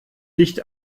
nicht